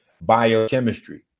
biochemistry